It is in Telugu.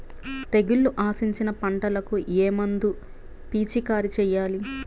తెగుళ్లు ఆశించిన పంటలకు ఏ మందు పిచికారీ చేయాలి?